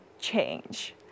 change